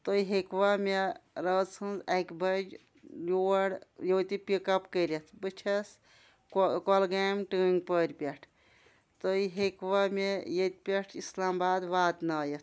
تُہۍ ہٮ۪کوا مےٚ رٲژ ہٕنٛز اَکہِ بَجہِ یور ییٚتہِ پِک اپ کٔرِتھ بہٕ چھَس کۄل کۄلگامہِ ٹٲنٛگۍ پورِ پٮ۪ٹھ تُہۍ ہٮ۪کوا مےٚ ییٚتہِ پٮ۪ٹھ اِسلام آباد واتنٲیِتھ